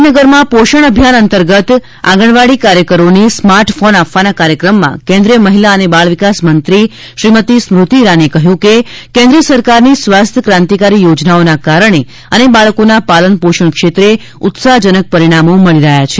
ગાંધીનગરમાં પોષણ અભિયાન અંતર્ગત આંગણવાડી કાર્યકરોને સ્માર્ટ ફોન આપવાના કાર્યક્રમમાં કેન્દ્રીય મહિલા અને બાળવિકાસ મંત્રી શ્રીમતી સ્મૃતિ ઇરાનીએ કહ્યું કે કેન્દ્ર સરકારની સ્વાસ્થ્ય ક્રાંતિકારી યોજનાઓના કારણે અને બાળકોના પાલનપોષણ ક્ષેત્રે ઉત્સાહજનક પરિણામો મળી રહ્યાં છે